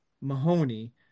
Mahoney